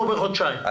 בחודשיים?